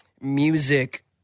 music